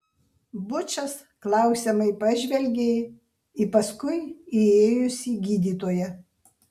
bučas klausiamai pažvelgė į paskui įėjusį gydytoją